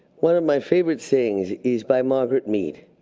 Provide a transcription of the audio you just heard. one of my favorite sayings is by margaret mead.